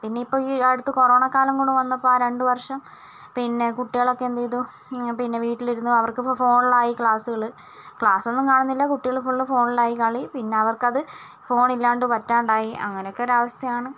പിന്നെ ഇപ്പോൾ ഈ അടുത്ത് കൊറോണ കാലം വന്നപ്പോൾ ആ രണ്ടു വർഷം പിന്നെ കുട്ടികൾ ഒക്കെ എന്ത് ചെയ്തു പിന്നെ വീട്ടിലിരുന്ന് അവർക്ക് അപ്പം ഫോണിലായി ക്ലാസുകൾ ക്ലാസ് ഒന്നും കാണുന്നില്ല കുട്ടികൾ ഫുൾ ഫോണിൽ ആയി കളി പിന്നെ അവർക്ക് അത് ഫോൺ ഇലാണ്ട് പറ്റാണ്ടായി അങ്ങനെയൊക്കെ ഒരു അവസ്ഥയാണ്